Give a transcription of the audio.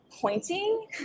Pointing